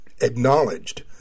acknowledged